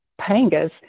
Pangas